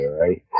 right